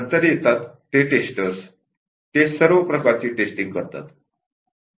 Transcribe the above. नंतर येतात ते टेस्टर्सं ते सर्व प्रकारची टेस्टिंग करतात